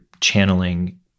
channeling